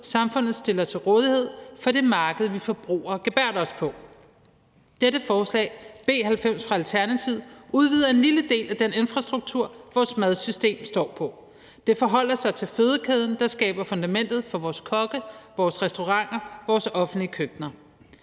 samfundet stiller til rådighed for det marked, vi forbruger og gebærder os på. Dette forslag – B 90 – fra Alternativet udvider en lille del af den infrastruktur, vores madsystem står på. Det forholder sig til fødekæden, der skaber fundamentet for vores kokke, vores restauranter og vores offentlige køkkener.